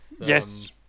yes